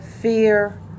Fear